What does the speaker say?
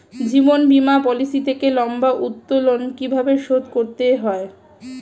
জীবন বীমা পলিসি থেকে লম্বা উত্তোলন কিভাবে শোধ করতে হয়?